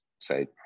say